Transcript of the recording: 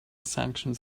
sanctions